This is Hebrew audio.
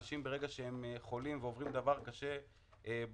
אנשים ברגע שהם חולים ועוברים דבר קשה בחיים,